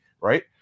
right